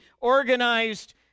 organized